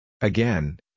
Again